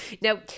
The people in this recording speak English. Now